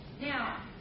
Now